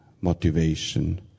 motivation